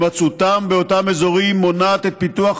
והימצאותם באותם אזורים מונעת את פיתוח